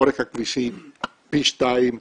אורך הכבישים פי שניים.